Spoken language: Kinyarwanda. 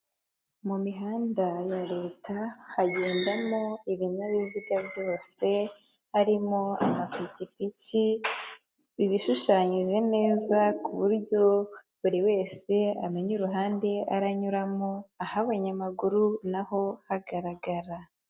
Mu mihanda ya leta hagendamo ibinyabiziga byose, harimo amapikipiki ibishushanyije neza ku buryo buri wese amenya uruhande aranyuramo ah'abanyamaguru naho hagaragara.